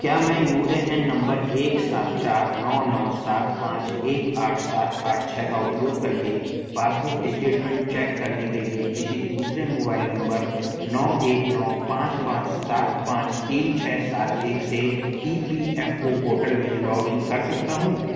क्या मैं U A N number एक सात चार नौ नौ सात पाँच एक आठ सात आठ छः का उपयोग करके पासबुक स्टेटमेंट चेक करने के लिए किसी दूसरे मोबाइल नम्बर नौ एक नौ पाँच पाँच सात पाँच तीन छः सात एक से E P F O portal में लॉग इन कर सकता हूँ